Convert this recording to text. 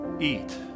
eat